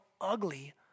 ugly